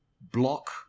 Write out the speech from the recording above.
block